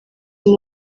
uyu